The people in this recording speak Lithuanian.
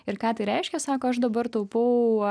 ir ką tai reiškia sako aš dabar taupau